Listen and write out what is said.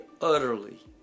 utterly